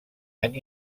any